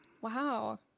Wow